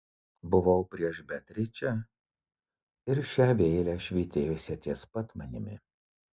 buvau prieš beatričę ir šią vėlę švytėjusią ties pat manimi